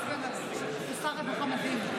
אל תתעצבן, אתה שר רווחה מדהים.